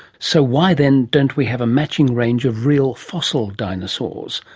so why then don't we have a matching range of real fossil dinosaurs?